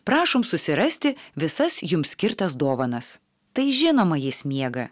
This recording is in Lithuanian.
prašom susirasti visas jums skirtas dovanas tai žinoma jis miega